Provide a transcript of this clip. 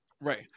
Right